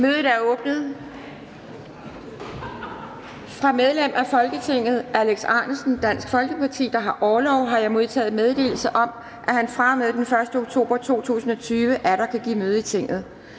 Mødet er åbnet. Fra medlem af Folketinget hr. Alex Ahrendtsen (DF), der har orlov, har jeg modtaget meddelelse om, at han fra og med den 1. oktober 2020 atter kan give møde i Tinget.